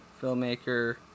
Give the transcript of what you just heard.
filmmaker